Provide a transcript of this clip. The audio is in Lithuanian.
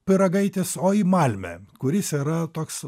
pyragaitis o į malmę kuris yra toks